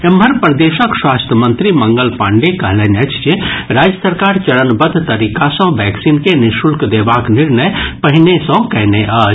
एम्हर प्रदेशक स्वास्थ्य मंत्री मंगल पांडेय कहलनि अछि जे राज्य सरकार चरणबद्ध तरीका सँ वैक्सीन के निःशुल्क देबाक निर्णय पहिने सँ कयने अछि